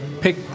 pick